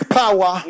power